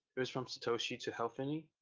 it was from satoshi to hal finney,